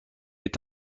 est